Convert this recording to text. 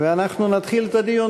ואנחנו נתחיל את הדיון.